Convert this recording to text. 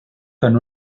con